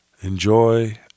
enjoy